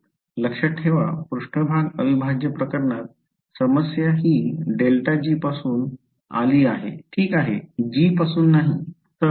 लक्षात ठेवा पृष्ठभाग अविभाज्य प्रकरणात समस्या हि ∇g जी पासून अली ओके g पासून नाही